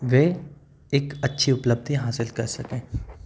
वे एक अच्छी उपलब्धि हासिल कर सकें